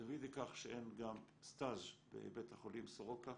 זה מביא לידי כך שאין גם סטאז' בבית החולים סורוקה.